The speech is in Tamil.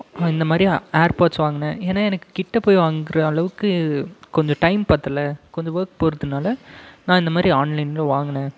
இந்த மாதிரி ஏர் பேட்ஸ் வாங்கினேன் ஏன்னால் எனக்கு கிட்டே போய் வாங்கிற அளவுக்கு கொஞ்சம் டைம் பற்றல கொஞ்சம் ஒர்க் போவதுனால நான் இந்த மாதிரி ஆன்லைனில் வாங்கினேன்